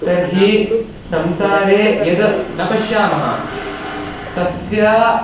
तर्हि संसारे यद् न पश्यामः तस्य